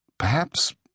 Perhaps